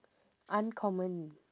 uncommon